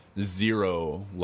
zero